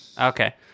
Okay